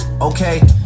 Okay